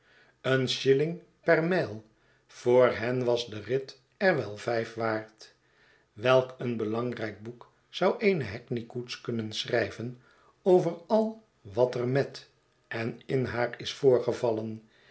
een shilling per mijl voor hen was de rit er wel vijf waard welk een belangrijk boek zou eene hackneykoets kunnen schrijven over al wat er met en in haar is voorgevallen